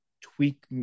tweak